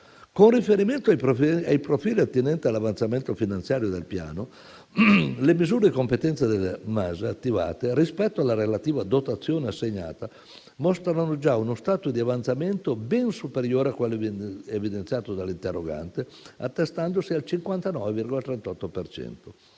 Con riferimento ai profili attinenti all'avanzamento finanziario del Piano, le misure di competenza del MASE attivate, rispetto alla relativa dotazione assegnata, mostrano già uno stato di avanzamento ben superiore a quello evidenziato dall'interrogante, attestandosi al 59,38